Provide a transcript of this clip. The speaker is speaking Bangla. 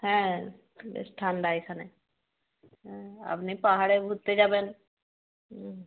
হ্যাঁ বেশ ঠান্ডা এখানে হ্যাঁ আপনি পাহাড়ে ঘুরতে যাবেন হুম